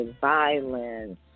violence